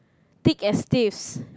thick as thieves